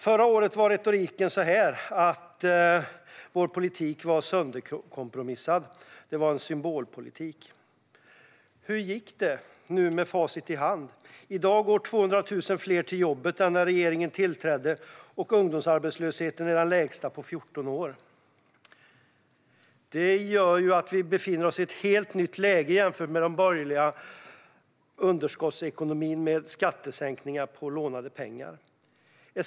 Förra året var retoriken att vår politik var sönderkompromissad symbolpolitik. Hur gick det? Nu har vi facit i hand. I dag går 200 000 fler till jobbet än när regeringen tillträdde, och ungdomsarbetslösheten är den lägsta på 14 år. Det gör att vi befinner oss i ett helt nytt läge jämfört med den borgerliga underskottsekonomin med skattesänkningar på lånade pengar.